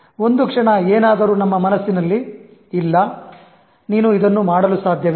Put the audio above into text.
ಒಂದು ಕ್ಷಣ ಏನಾದರೂ ನಮ್ಮ ಮನಸ್ಸಿನಲ್ಲಿ " ಇಲ್ಲ ನೀನು ಇದನ್ನು ಮಾಡಲು ಸಾಧ್ಯವಿಲ್ಲ